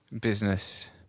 business